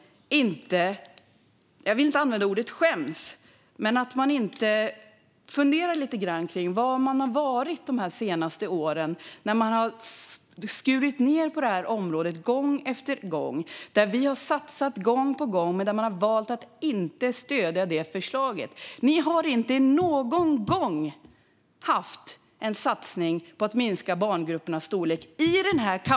Jag vill inte använda ordet "skäms" men att ni inte funderar lite kring var ni har varit de här senaste åren när ni har skurit ned på det här området gång efter gång! Vi har satsat gång på gång, medan ni har valt att inte stödja det förslaget. Ni har inte någon gång under många år i denna kammare haft en satsning på att minska barngruppernas storlek.